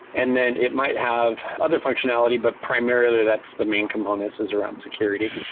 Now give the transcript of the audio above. and then it might have other functionality, but primarily that's the main component, is around security.